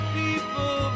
people